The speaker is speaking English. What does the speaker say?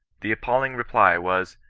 the appalling reply was,